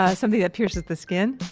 ah something that pierces the skin?